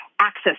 access